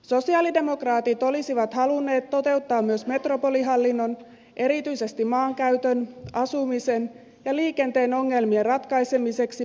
sosialidemokraatit olisivat halunneet toteuttaa myös metropolihallinnon erityisesti maankäytön asumisen ja liikenteen ongelmien ratkaisemiseksi pääkaupunkiseudulla